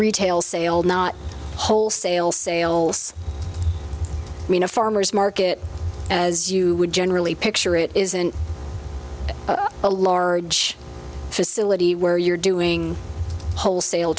retail sales not wholesale sales i mean a farmer's market as you would generally picture it isn't a large facility where you're doing wholesale